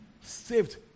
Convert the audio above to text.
saved